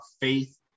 faith